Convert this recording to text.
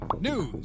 news